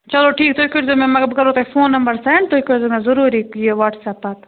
چلو ٹھیٖک تُہۍ کٔرۍزیٚو مےٚ مگر بہٕ کَرہو تۄہہِ فون نمبر سیٚنٛڈ تُہۍ کٔرۍزیٚو مےٚ ضروٗری یہِ واٹس ایپ پَتہٕ